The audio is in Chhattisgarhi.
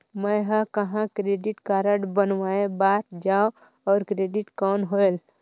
मैं ह कहाँ क्रेडिट कारड बनवाय बार जाओ? और क्रेडिट कौन होएल??